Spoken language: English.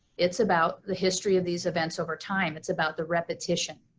it's about the history of these events over time, it's about the repetition.